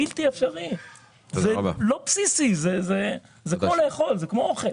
זה לא בסיסי, זה כמו אוכל.